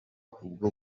bwo